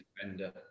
defender